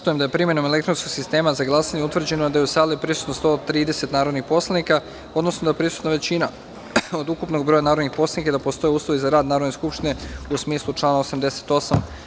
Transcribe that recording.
da je, primenom elektronskog sistema za glasanje, utvrđeno da je u sali prisutno 130 narodnih poslanika, odnosno da je prisutna većina od ukupnog broja narodnih poslanika i da postoje uslovi za rad Narodne skupštine u smislu člana 88.